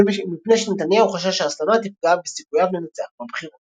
מפני שנתניהו חשש שהסלמה תיפגע בסיכוייו לנצח בבחירות.